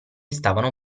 stavano